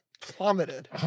plummeted